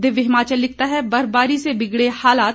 दिव्य हिमाचल लिखता है बर्फबारी से बिगड़े हालात